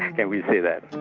can we say that.